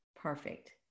Perfect